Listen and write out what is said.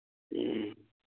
ꯎꯝ